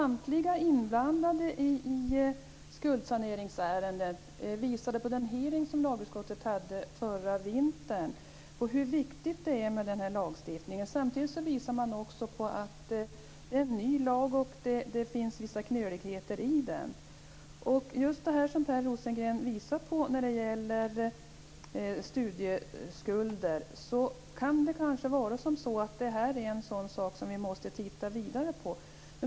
Herr talman! Under den hearing som lagutskottet anordnade förra vintern visade samtliga inblandade i skuldsaneringsärenden på hur viktigt det är med denna lagstiftning. Samtidigt är det en ny lag och det finns vissa knöligheter i den. Just det som Per Rosengren visar på när det gäller studieskulder kan vara en sådan sak som vi måste titta vidare på.